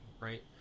right